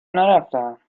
نرفتهام